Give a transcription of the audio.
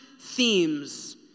themes